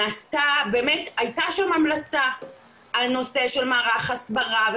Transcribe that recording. הייתה שם המלצה על הנושא של מערך הסברה,